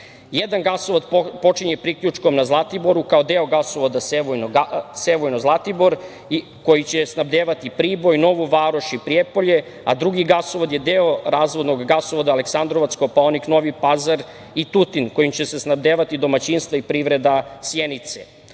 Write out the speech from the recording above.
gasovod počinje priključkom na Zlatiboru kao deo gasovoda Sevojno-Zlatibor, koji će snabdevati Priboj, Novu Varoš i Prijepolje, a drugi gasovod je deo razvodnog gasovoda Aleksandrovac-Kopaonik-Novi Pazar-Tutin, kojim će se snabdevati domaćinstva i privreda